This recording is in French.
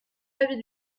l’avis